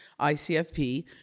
ICFP